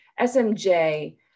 SMJ